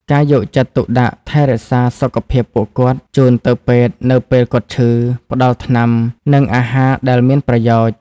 ការយកចិត្តទុកដាក់ថែរក្សាសុខភាពពួកគាត់ ជូនទៅពេទ្យនៅពេលគាត់ឈឺ ផ្តល់ថ្នាំ និងអាហារដែលមានប្រយោជន៍។